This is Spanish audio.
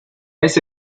ese